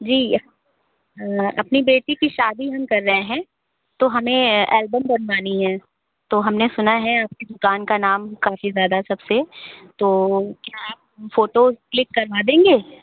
जी अपनी बेटी की शादी हम कर रहे हैं तो हमें एल्बम बनवानी है तो हमने सुना है आपकी दुकान का नाम काफी ज्यादा सबसे तो क्या आप फोटोस क्लिक करवा देंगे